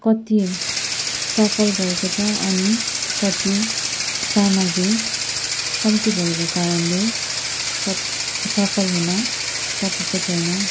कति सफल भएको छ अनि कति सामग्री कम्ती भएको कारणले कति सफल हुन सकेको छैन